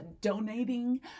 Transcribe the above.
donating